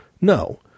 No